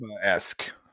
esque